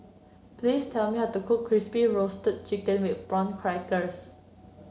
please tell me how to cook Crispy Roasted Chicken with Prawn Crackers